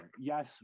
Yes